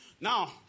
Now